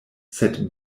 sed